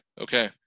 Okay